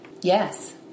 Yes